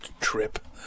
trip